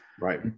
Right